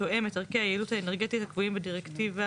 שתואם את ערכי היעילות האנרגטית הקבועים בדירקטיבה